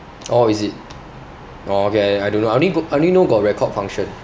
oh is it oh okay I I don't know I only go~ I only know got record function